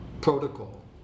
protocol